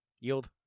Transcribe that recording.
yield